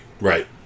Right